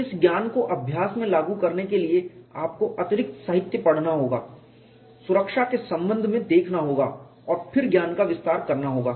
इस ज्ञान को अभ्यास में लागू करने के लिए आपको अतिरिक्त साहित्य पढ़ना होगा सुरक्षा के संबंध में देखना होगा और फिर ज्ञान का विस्तार करना होगा